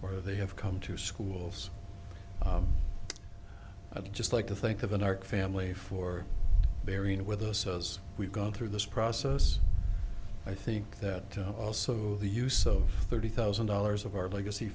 where they have come to schools just like to think of an art family for bearing with us as we go through this process i think that also the use of thirty thousand dollars of our legacy